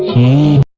a